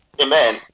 Amen